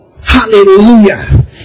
Hallelujah